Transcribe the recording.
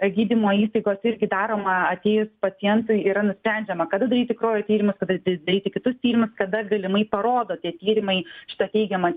gydymo įstaigose irgi daroma atėjus pacientui yra nusprendžiama kad daryti kraujo tyrimus kada da daryti kitus tyrimus kada galimai parodo tie tyrimai šitą teigiamą